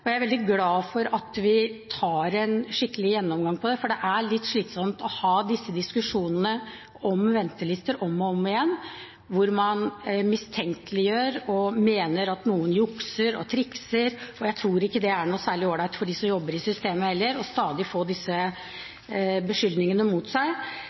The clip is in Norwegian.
problemstillingen. Jeg er veldig glad for at vi tar en skikkelig gjennomgang, for det er litt slitsomt å ha disse diskusjonene om ventelister om og om igjen, hvor man mistenkeliggjør og mener at noen jukser og trikser. Jeg tror ikke det er noe særlig all right for dem som jobber i systemet heller, stadig å få disse beskyldningene mot seg.